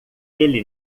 ele